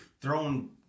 throwing